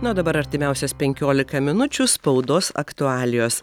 na o dabar artimiausias penkiolika minučių spaudos aktualijos